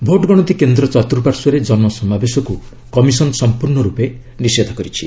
vote ଗଣତି କେନ୍ଦ୍ର ଚତୁପାର୍ଶ୍ୱରେ ଜନସମାବେଶକୁ କମିଶନ୍ ସମ୍ପୂର୍ଣ୍ଣ ରୂପେ ନିଷେଧ କରିଛି